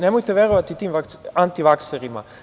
Nemojte verovati antivakserima.